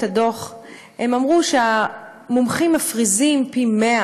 הדוח הם אמרו שהמומחים מפריזים פי-100,